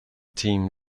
team